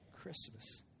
Christmas